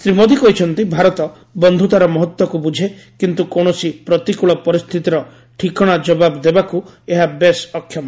ଶ୍ରୀ ମୋଦି କହିଛନ୍ତି ଭାରତ ବନ୍ଧୁତାର ମହତ୍ୱକୁ ବୁଝେ କିନ୍ତୁ କୌଣସି ପ୍ରତିକୂଳ ପରିସ୍ଥିତିର ଠିକଣା ଜବାବ ଦେବାକୁ ଏହା ବେଶ୍ ଅକ୍ଷମ